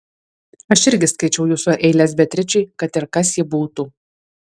aš irgi skaičiau jūsų eiles beatričei kad ir kas ji būtų